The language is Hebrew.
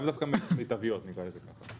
לאו דווקא מיטביות, נקרא לזה ככה.